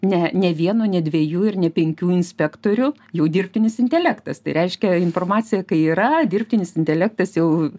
ne ne vieno ne dviejų ir ne penkių inspektorių jau dirbtinis intelektas tai reiškia informacija kai yra dirbtinis intelektas jau